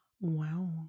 Wow